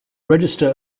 register